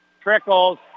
trickles